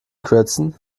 kürzen